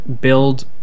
build